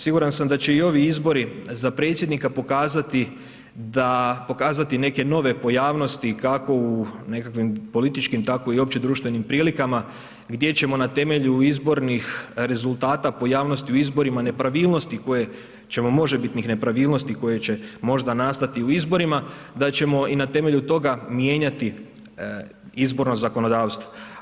Siguran sam da će i ovi izbori za predsjednika pokazati da, pokazati i neke nove pojavnosti kako u nekakvim političkim tako i opće društvenim prilikama gdje ćemo na temelju izbornih rezultata pojavnosti u izborima, nepravilnosti koje ćemo, možebitnih nepravilnosti koje će možda nastati u izborima da ćemo na temelju toga mijenjati izborno zakonodavstvo.